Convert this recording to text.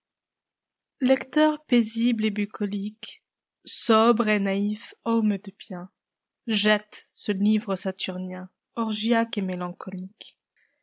lecteur paisibli et bucolique sobre et naïf homme de bieu jette ce livre saturnien orgiaque et mélancolique